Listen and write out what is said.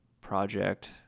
project